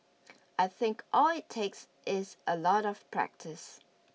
I think all it takes is a lot of practice